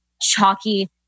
chalky